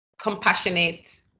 compassionate